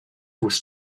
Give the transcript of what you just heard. was